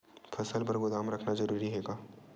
फसल बर गोदाम रखना जरूरी हे का?